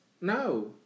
No